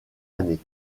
année